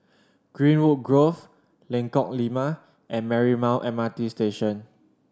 Greenwood Grove Lengkok Lima and Marymount M R T Station